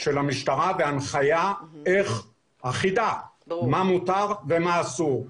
של המשטרה בהנחיה אחידה האומרת מה מותר ומה אסור.